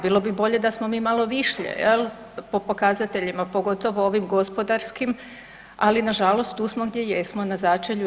Bilo bi bolje da smo mi malo višlje jel, po pokazateljima pogotovo ovim gospodarskim, ali nažalost tu smo gdje jesmo na začelju EU.